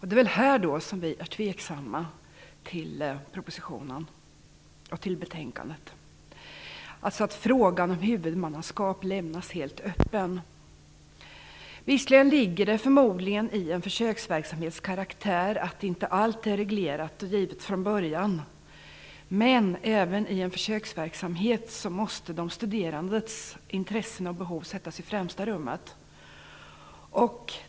Det är här som vi är tveksamma till propositionen och betänkandet. Frågan om huvudmannaskap lämnas alltså helt öppen. Visserligen ligger det förmodligen i en försöksverksamhets karaktär att inte allting är reglerat från början, men även i en försöksverksamhet måste de studerandes intressen och behov sättas i främsta rummet.